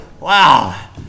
wow